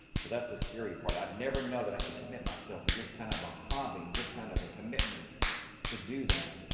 so that's the scary part. i'd never know that i have to commit myself to this kind of a hobby, this kind of a commitment to do that.